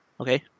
Okay